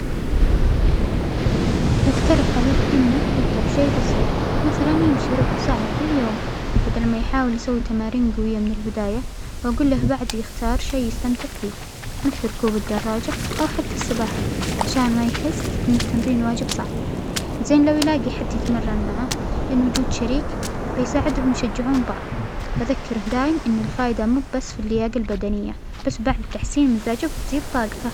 بجترح عليه أنه يبدأ بشي بسيط، مثلا يمشى ربع ساعة كل يوم بدأ ما يحاول يسوى تمارين جوية من البداية، وأجوله بعد يختارشئ يستمتع فيه مثل ركوب الدراجة أو حتى السباحة عشان ما يحس أن التمرين واجب صعب، زين لو يلاجى حد يتمرن معاه لأن وجود شريك بيساعدهم يشجعون بعض، وأذكره دايم أن الفائده مو بس في اللياجة البدنية بس بعد تحسين مزاجه وبتزيد طاجته.